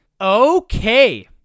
okay